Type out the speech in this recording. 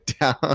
down